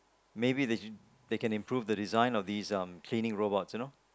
maybe they shoul~ they can improve the design of these um cleaning robots you know